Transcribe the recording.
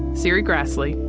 serri graslie,